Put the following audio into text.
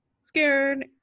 scared